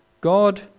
God